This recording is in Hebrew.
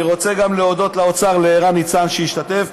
אני רוצה גם להודות לאוצר, לערן ניצן, שהשתתף.